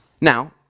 Now